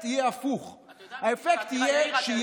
צודק, אבל בוא נניח שאתה צודק.